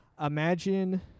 imagine